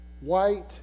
white